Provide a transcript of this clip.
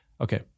Okay